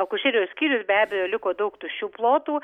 akušerijos skyrius be abejo liko daug tuščių plotų